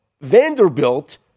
Vanderbilt